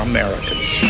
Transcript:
Americans